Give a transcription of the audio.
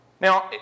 Now